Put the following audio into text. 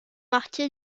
marqué